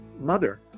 mother